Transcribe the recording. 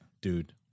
Dude